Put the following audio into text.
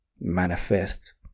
manifest